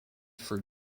for